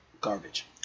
Garbage